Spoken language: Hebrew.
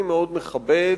אני מאוד מכבד